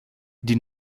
die